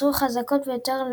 נותרו החזקות ביותר,